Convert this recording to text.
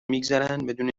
میگذرن، بدون